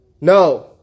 No